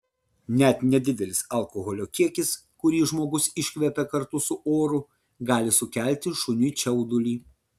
net nedidelis alkoholio kiekis kurį žmogus iškvepia kartu su oru gali sukelti šuniui čiaudulį